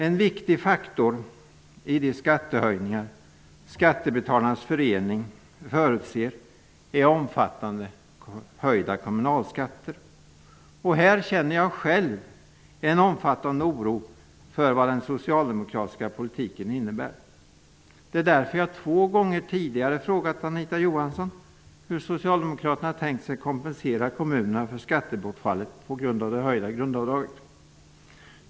En viktig faktor i de skattehöjningar som Skattebetalarnas förening förutser är kraftigt höjda kommunalskatter. Här känner jag själv en omfattande oro för vad den socialdemokratiska politiken innebär. Det är därför som jag två gånger tidigare har frågat Anita Johansson hur socialdemokraterna har tänkt sig att kompensera kommunerna för skattebortfallet på grund av det höjda grundavdraget.